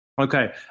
Okay